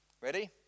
ready